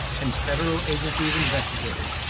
and federal agencies investigated.